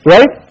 Right